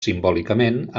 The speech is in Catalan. simbòlicament